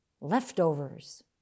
leftovers